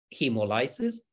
hemolysis